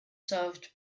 served